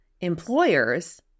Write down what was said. employers